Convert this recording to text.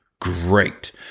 Great